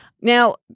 Now